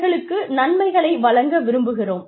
அவர்களுக்கு நன்மைகளை வழங்க விரும்புகிறோம்